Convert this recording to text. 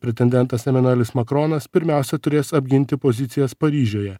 pretendentas emanuelis makronas pirmiausia turės apginti pozicijas paryžiuje